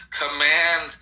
command